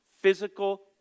physical